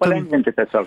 palengvinti tiesiog